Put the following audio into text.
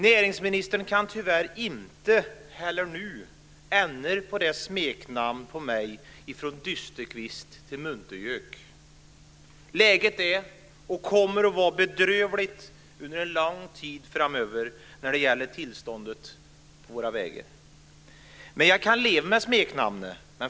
Näringsministern kan tyvärr inte heller nu ändra på smeknamnet på mig från dysterkvist till muntergök. Läget är och kommer att vara bedrövligt under en lång tid framöver när det gäller tillståndet på våra vägar. Jag kan leva med smeknamnet.